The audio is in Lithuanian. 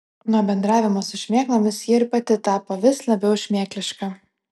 nuo bendravimo su šmėklomis ji ir pati tapo vis labiau šmėkliška